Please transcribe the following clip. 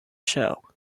show